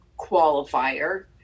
qualifier